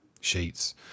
sheets